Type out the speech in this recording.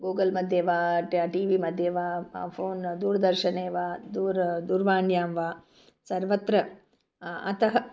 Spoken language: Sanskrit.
गूगल् मध्ये वा ट टि वि मध्ये वा फ़ोन् दूरदर्शने वा दूरं दूरवाण्यां वा सर्वत्र अतः